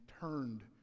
turned